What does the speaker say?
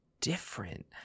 different